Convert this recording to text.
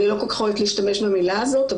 אני לא כל-כך אוהבת להשתמש במילה הזאת,